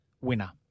winner